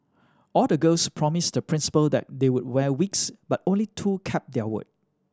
all the girls promised the Principal that they would wear wigs but only two kept their word